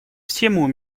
всему